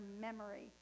memory